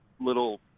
little